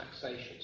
taxation